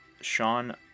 Sean